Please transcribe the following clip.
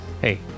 Hey